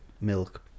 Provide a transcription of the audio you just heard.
milk